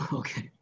okay